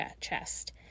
chest